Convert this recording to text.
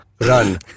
Run